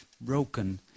broken